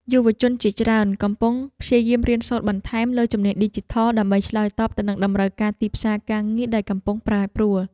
យុវជនជាច្រើនកំពុងព្យាយាមរៀនសូត្របន្ថែមលើជំនាញឌីជីថល ដើម្បីឆ្លើយតបទៅនឹងតម្រូវការទីផ្សារការងារដែលកំពុងប្រែប្រួល។